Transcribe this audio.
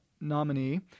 nominee